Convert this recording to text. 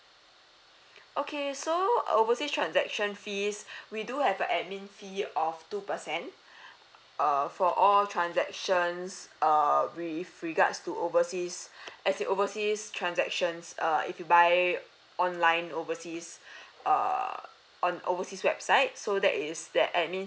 okay so overseas transaction fees we do have the admin fee of two percent err for all transactions err with regards to overseas as it overseas transactions err if you buy online overseas err on overseas website so that is the admin